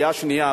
העלייה השנייה,